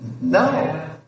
no